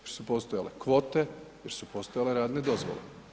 Jer su postojale kvote, jer su postojale radne dozvole.